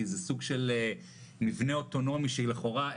כי זה סוג של מבנה אוטונומי שלכאורה,